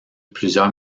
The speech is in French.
plusieurs